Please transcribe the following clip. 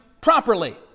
properly